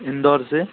इंदौर से